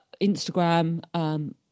Instagram